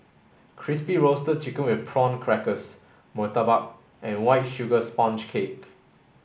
crispy roasted chicken with prawn crackers Murtabak and white sugar sponge cake